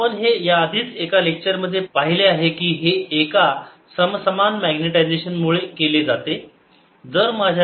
आपण हे याआधीच एका लेक्चर मध्ये पाहिले आहे की हे एका समसमान मॅग्नेटायजेशन मुळे केले जाते